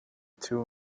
two